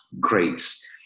grace